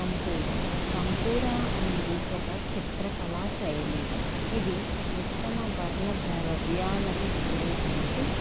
తంపూరా తంపూరా అనేది ఒక చిత్రకళా శైలి ఇది మిశ్రమ వర్ణద్రవ్యాలను ఉపయోగించి